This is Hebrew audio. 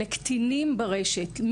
לקטינים ברשת,